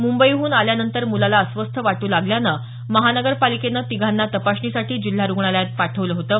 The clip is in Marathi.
मुंबईहून आल्यानंतर मुलाला अस्वस्थ वाटू लागल्यानं महानगरपालिकेनं तिघांना तपासणीसाठी जिल्हा रुग्णालयात पाठवलं होतं